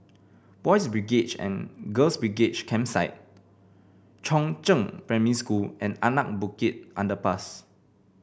Boys' and Girls' B Campsite Chongzheng Primary School and Anak Bukit Underpass